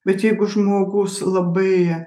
bet jeigu žmogus labai